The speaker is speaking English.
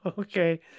Okay